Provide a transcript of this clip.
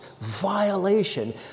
violation